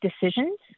decisions